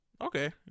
Okay